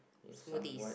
smoothies